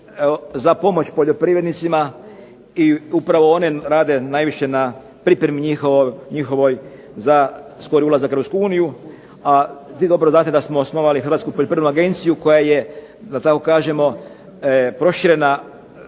za pomoć poljoprivrednicima